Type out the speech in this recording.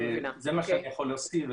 זה מה שאני יכול להוסיף ולהגיד.